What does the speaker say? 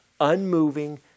unmoving